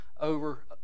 over